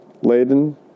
laden